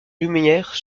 lumière